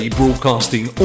broadcasting